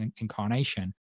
incarnation